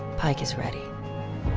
pike is ready.